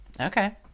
okay